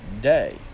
day